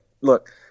look